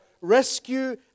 rescue